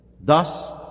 Thus